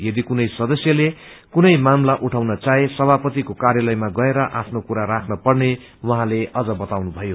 यदि कुनै सदस्यले कुनै मामला उठाउन चाहे सभापतिको कार्यालयमा गएर आफ्नो कुरा राख्न पर्ने उहाँले अझ वताउनुभयो